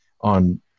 on